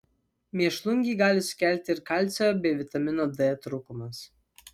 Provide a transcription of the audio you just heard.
mėšlungį gali sukelti ir kalcio bei vitamino d trūkumas